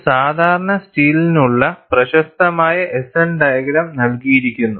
ഒരു സാധാരണ സ്റ്റീലിനുള്ള പ്രശസ്തമായ S N ഡയഗ്രം നൽകിയിരിക്കുന്നു